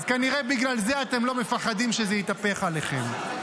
אז כנראה בגלל זה אתם לא מפחדים שזה יתהפך עליכם.